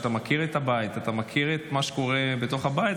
כשאתה מכיר את הבית ואת מה שקורה בתוך הבית,